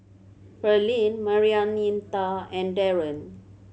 Pearline Marianita and Darren